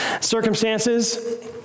Circumstances